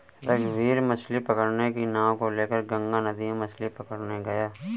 रघुवीर मछ्ली पकड़ने की नाव को लेकर गंगा नदी में मछ्ली पकड़ने गया